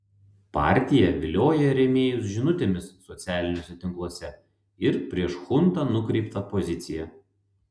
partija vilioja rėmėjus žinutėmis socialiniuose tinkluose ir prieš chuntą nukreipta pozicija